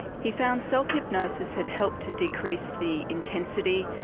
he found self hypnosis had helped decrease the intensity,